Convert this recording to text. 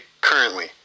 currently